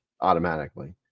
automatically